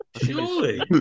Surely